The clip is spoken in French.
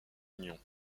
union